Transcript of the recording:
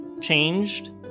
changed